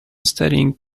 studying